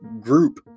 group